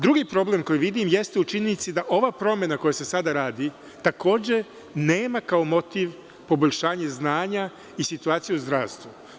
Drugi problem koji vidim jeste u činjenici da ova promena koja se sada radi, takođe nema kao motiv poboljšanje znanja i situaciju u zdravstvu.